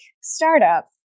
startup